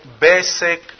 basic